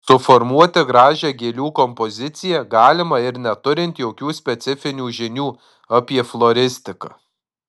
suformuoti gražią gėlių kompoziciją galima ir neturint jokių specifinių žinių apie floristiką